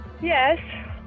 Yes